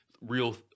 real